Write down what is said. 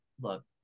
look